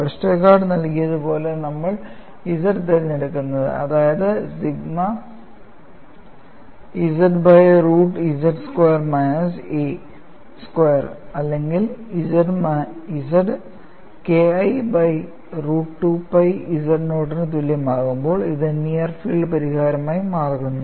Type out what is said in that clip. Westergaard നൽകിയതുപോലെയാണ് നമ്മൾ Z തിരഞ്ഞെടുക്കുന്നത് അതായത് sigma z by root z square minus a സ്ക്വയർഅല്ലെങ്കിൽ Z K I by root 2 pi z നോട്ടിന് തുല്യമാകുമ്പോൾ ഇത് നിയർ ഫീൽഡ് പരിഹാരമായി മാറുന്നു